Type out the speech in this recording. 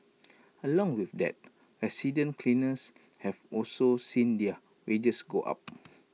along with that resident cleaners have also seen their wages go up